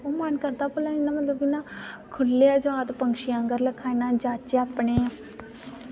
ते मन करदा भला मन इ'यां खुल्ले जाद पैंछी आंङर जाचै जां अपने